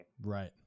right